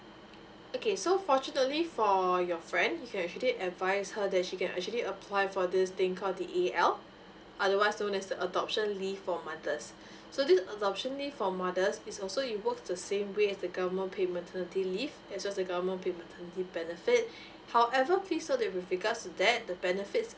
okay so fortunately for your friend you can actually advise her that she can actually apply for this thing call the A_L otherwise known as the adoption leave for mothers so this adoption leave for mothers is also involve the same way as the government paid maternity leave as well as the government paid maternity benefit however please note that with regard to that the benefit